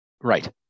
Right